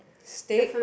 steak